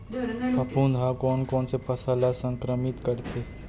फफूंद ह कोन कोन से फसल ल संक्रमित करथे?